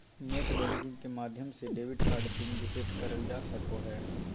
net banking के माध्यम से डेबिट कार्ड पिन रीसेट करल जा सको हय